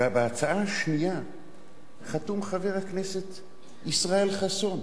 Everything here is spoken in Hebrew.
ועל ההצעה השנייה חתום חבר הכנסת ישראל חסון,